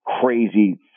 crazy